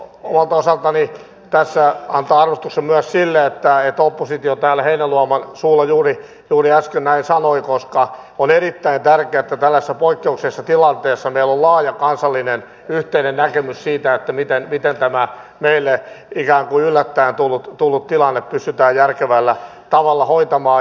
haluan omalta osaltani tässä antaa arvostuksen myös sille että oppositio täällä heinäluoman suulla juuri äsken näin sanoi koska on erittäin tärkeää että tällaisessa poikkeuksellisessa tilanteessa meillä on laaja kansallinen yhteinen näkemys siitä miten tämä meille ikään kuin yllättäen tullut tilanne pystytään järkevällä tavalla hoitamaan